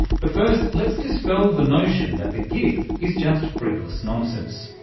but first let's dispel the notion that the gif is just frivolous nonsense.